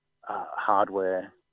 hardware